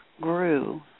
grew